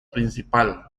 principal